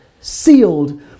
sealed